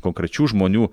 konkrečių žmonių